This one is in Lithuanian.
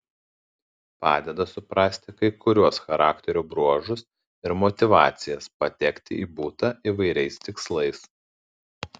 padeda suprasti kai kuriuos charakterio bruožus ir motyvacijas patekti į butą įvairiais tikslais